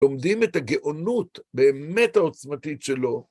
ועומדים את הגאונות באמת העוצמתית שלו.